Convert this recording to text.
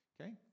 Okay